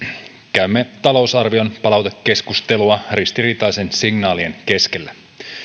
käymme talousarvion palautekeskustelua ristiriitaisten signaalien keskellä